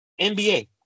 NBA